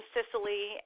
Sicily